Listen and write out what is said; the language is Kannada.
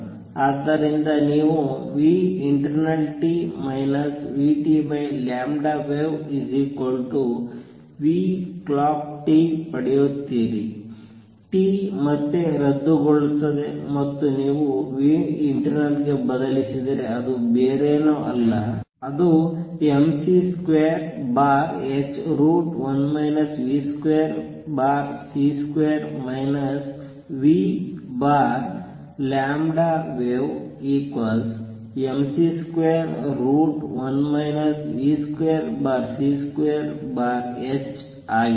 ಆದ್ದರಿಂದ ನೀವು internalt vtwave clockt ಪಡೆಯುತ್ತೀರಿ t ಮತ್ತೆ ರದ್ದುಗೊಳ್ಳುತ್ತದೆ ಮತ್ತು ನೀವು internal ಗೆ ಬದಲಿಸಿದರೆ ಅದು ಬೇರೇನಲ್ಲ ಅದು mc2h1 v2c2 vwavemc21 v2c2h ಆಗಿದೆ